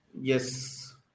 yes